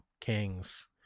kings